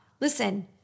Listen